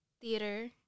theater